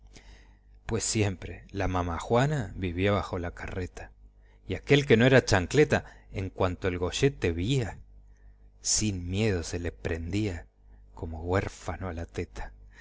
pues vivía la mamajuana siempre bajo la carreta y aquel que no era chancleta en cuanto el goyete vía sin miedo se le prendía como güérfano a la teta